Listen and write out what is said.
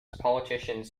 politicians